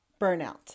burnout